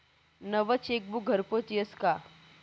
नवं चेकबुक घरपोच यस का?